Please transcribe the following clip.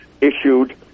issued